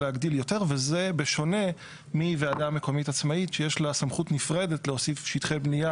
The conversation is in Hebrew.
וזה בשונה מוועדה מקומית עצמאית שיש לה סמכות נפרדת להוסיף שטחי בניה